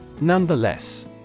Nonetheless